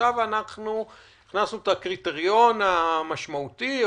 עכשיו הכנסנו את הקריטריון המשמעותי,